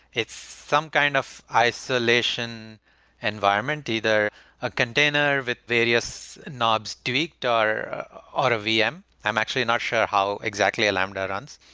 it's some kind of isolation environment, either a container with various knob tweaked or ah but a vm. i'm actually not are sure how exactly lambda runs.